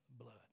blood